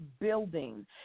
building